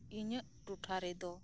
ᱤᱧᱟᱹᱜ ᱴᱚᱴᱷᱟᱨᱮᱫᱚ